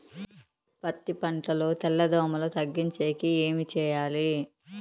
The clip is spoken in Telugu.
పత్తి పంటలో తెల్ల దోమల తగ్గించేకి ఏమి చేయాలి?